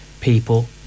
people